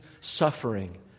suffering